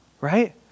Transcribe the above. right